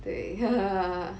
对